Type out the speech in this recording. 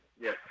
Yes